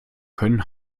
können